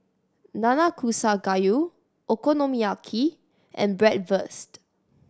Nanakusa Gayu Okonomiyaki and Bratwurst